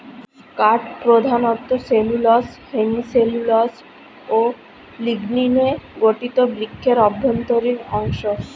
কাঠ প্রধানত cellulose, hemicellulose ও লিগনিনে গঠিত বৃক্ষের অভ্যন্তরীণ অংশ